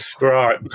Right